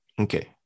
Okay